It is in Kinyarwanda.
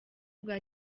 bwa